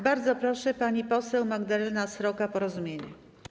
Bardzo proszę, pani poseł Magdalena Sroka, Porozumienie.